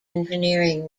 engineering